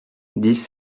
dix